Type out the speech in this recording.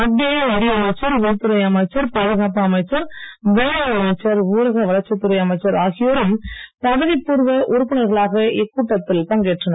மத்திய நிதி அமைச்சர் உள்துறை அமைச்சர் பாதுகாப்பு அமைச்சர் வேளாண் அமைச்சர் ஊரக வளர்ச்சித் துறை அமைச்சர் ஆகியோரும் பதவிப்பூர்வ உறுப்பினர்களாக இக்கூட்டத்தில் பங்கேற்கிறார்கள்